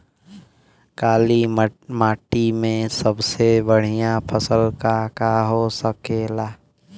काली माटी में सबसे बढ़िया फसल का का हो सकेला?